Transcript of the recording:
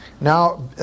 Now